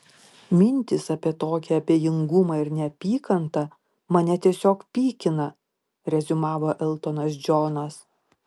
mintys apie tokį abejingumą ir neapykantą mane tiesiog pykina reziumavo eltonas džonas